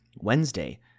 Wednesday